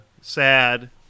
sad